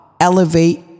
elevate